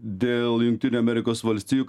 dėl jungtinių amerikos valstijų